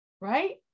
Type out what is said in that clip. Right